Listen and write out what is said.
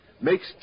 makes